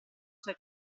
suoi